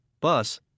Bus